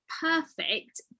perfect